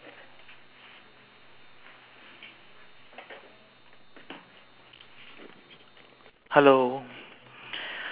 so which one we want to start first from the we start from the what is most interesting classroom experience you have